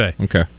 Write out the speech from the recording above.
Okay